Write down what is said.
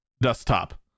desktop